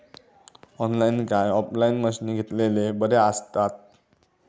Online काय offline मशीनी घेतलेले बरे आसतात?